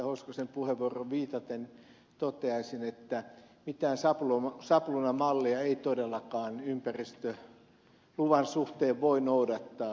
hoskosen puheenvuoroon viitaten toteaisin että mitään sabluunamallia ei todellakaan ympäristöluvan suhteen voi noudattaa